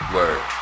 Word